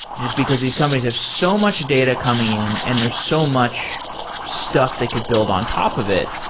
just because these companies have so much data coming in and there's so much stuff they could build on top of it.